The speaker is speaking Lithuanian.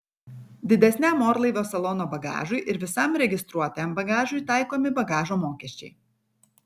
didesniam orlaivio salono bagažui ir visam registruotajam bagažui taikomi bagažo mokesčiai